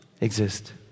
exist